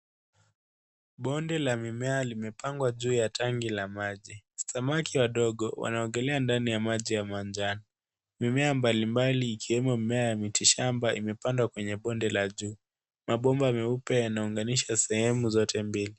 Bonde la mimea limepangwa juu ya bomba la maji. Samaki wadogo wanaogelea juu ya maji ya manjano. Mimea mbalimbali ikiwemo mimea ya mitishamba imepandwa kwenye bonde la juu. Mabomba meupe yanaunganisha sehemu zote mbili.